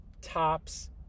Tops